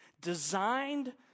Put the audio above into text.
designed